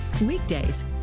weekdays